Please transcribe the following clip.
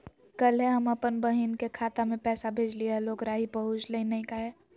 कल्हे हम अपन बहिन के खाता में पैसा भेजलिए हल, ओकरा ही पहुँचलई नई काहे?